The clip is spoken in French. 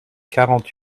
quarante